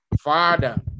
Father